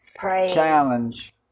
challenge